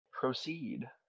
Proceed